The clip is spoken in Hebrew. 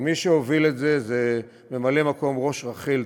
אבל מי שהוביל את זה הוא ממלא-מקום ראש רח"ל,